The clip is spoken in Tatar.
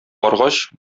баргач